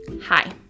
Hi